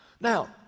Now